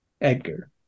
Edgar